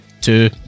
two